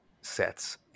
sets